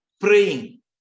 praying